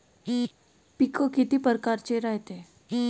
पिकं किती परकारचे रायते?